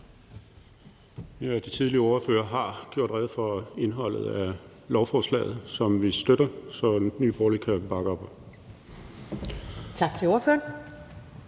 De tidligere ordførere har gjort rede for indholdet af lovforslaget, som vi støtter. Så Nye Borgerlige kan bakke op